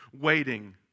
waiting